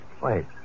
Wait